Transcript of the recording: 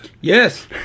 yes